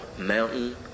mountain